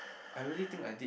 I really think I did